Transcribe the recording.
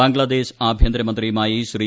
ബംഗ്ലാദേശ് ആഭ്യന്തരമന്ത്രിയുമായി ശ്രീ